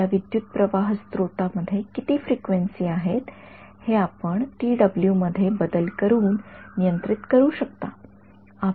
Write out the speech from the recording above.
तर आपल्या विद्युतप्रवाह स्त्रोतामध्ये किती फ्रिक्वेन्सीआहेत हे आपण मध्ये बदल करून नियंत्रित करू शकता